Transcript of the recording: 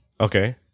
Okay